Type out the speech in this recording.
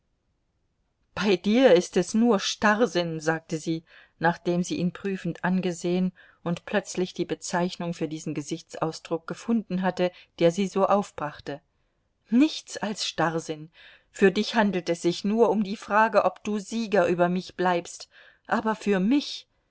bei dir ist es nur starrsinn sagte sie nachdem sie ihn prüfend angesehen und plötzlich die bezeichnung für diesen gesichtsausdruck gefunden hatte der sie so aufbrachte nichts als starrsinn für dich handelt es sich nur um die frage ob du sieger über mich bleibst aber für mich